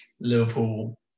Liverpool